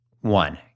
One